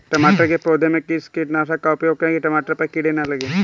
टमाटर के पौधे में किस कीटनाशक का उपयोग करें कि टमाटर पर कीड़े न लगें?